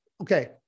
okay